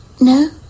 No